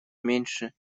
меньше